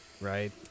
right